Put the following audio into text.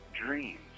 dreams